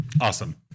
Awesome